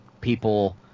people